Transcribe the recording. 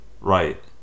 Right